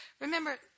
Remember